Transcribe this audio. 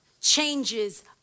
changes